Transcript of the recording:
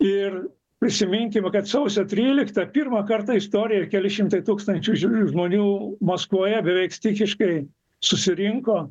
ir prisiminkime kad sausio tryliktą pirmą kartą istorijoj keli šimtai tūkstančių žmonių maskvoje beveik stichiškai susirinko